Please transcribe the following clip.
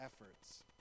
efforts